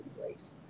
place